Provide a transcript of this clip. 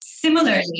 Similarly